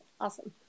Awesome